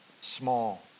small